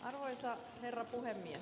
arvoisa herra puhemies